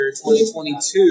2022